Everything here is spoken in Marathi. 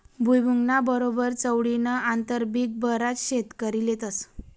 भुईमुंगना बरोबर चवळीनं आंतरपीक बराच शेतकरी लेतस